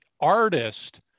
artist